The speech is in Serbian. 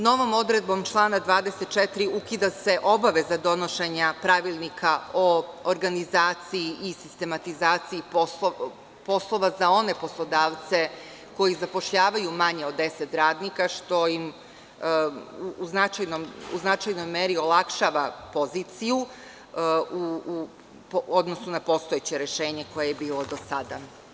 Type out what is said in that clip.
Novom odredbom člana 24. ukida se obaveza donošenja pravilnika o organizaciji i sistematizaciji poslova za one poslodavce koji zapošljavaju manje od 10 radnika što im u značajnoj meri olakšava poziciju u odnosu na postojeće rešenje koje je bilo do sada.